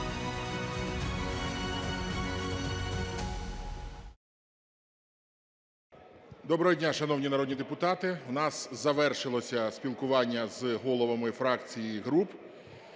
Доброго дня, шановні народні депутати! В нас завершилося спілкування з головами фракцій і груп.